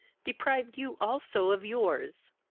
deprived you also of your's.